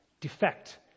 defect